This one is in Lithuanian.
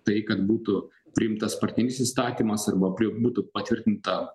tai kad būtų priimtas partinis įstatymas arba prie jų būtų patvirtinta